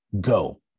go